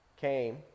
came